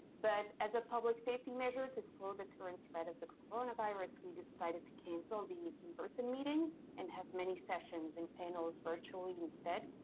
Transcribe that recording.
but as a public safety measure to slow the current spread of the coronavirus we decided to cancel the in person meeting and have mini sessions and panels virtually instead.